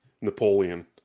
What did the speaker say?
Napoleon